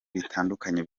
bitandukanye